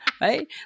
Right